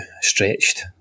stretched